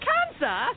Cancer